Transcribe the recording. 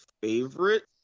favorite